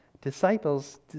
Disciples